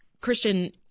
Christian